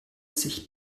sich